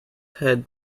head